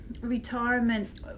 Retirement